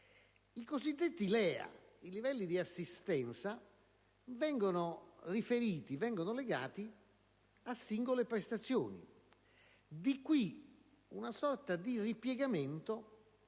i cosiddetti LEA, i livelli essenziali di assistenza, vengono riferiti e legati a singole prestazioni. Di qui una sorta di ripiegamento